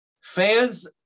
fans